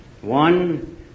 One